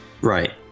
Right